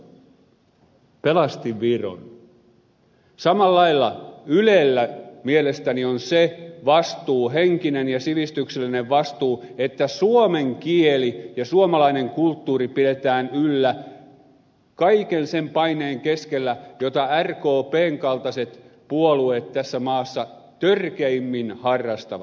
samalla lailla ylellä mielestäni on se vastuu henkinen ja sivistyksellinen vastuu että suomen kieli ja suomalainen kulttuuri pidetään yllä kaiken sen paineen keskellä jota rkpn kaltaiset puolueet tässä maassa törkeimmin harrastavat